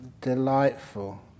delightful